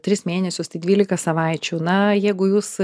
tris mėnesius tai dvylika savaičių na jeigu jūs